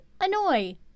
annoy